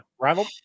rival